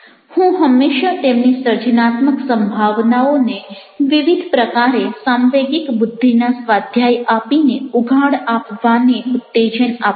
હું હંમેશા તેમની સર્જનાત્મક સંભાવનાઓને વિવિધ પ્રકારે સાંવેગિક બુદ્ધિના સ્વાધ્યાય આપીને ઉઘાડ આપવાને ઉત્તેજન આપું છું